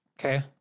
Okay